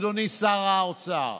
אדוני שר האוצר,